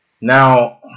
Now